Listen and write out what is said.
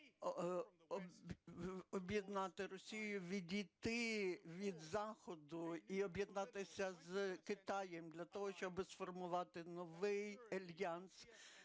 відійти від Заходу і об'єднатися з Китаєм для того, щоб сформувати новий альянс